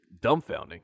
dumbfounding